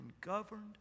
governed